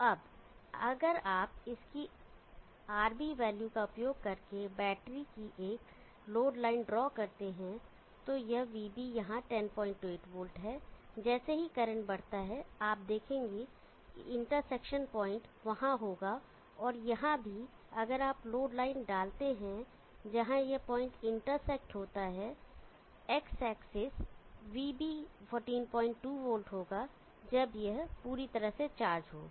तो अब अगर आप इसकी RB वैल्यू का उपयोग करके बैटरी की एक लोड लाइन ड्रॉ करते हैं तो यह VB यहां 108 वोल्ट है जैसे ही करंट बढ़ता है आप देखेंगे कि इंटरसेक्शन प्वाइंट वहां होगा और यहां भी अगर आप लोड लाइन डालते हैं जहां यह पॉइंट इंटरसेक्ट होता है x एक्सिस VB 142 वोल्ट होगा जब यह पूरी तरह से चार्ज हो